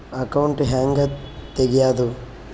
Account ಹ್ಯಾಂಗ ತೆಗ್ಯಾದು?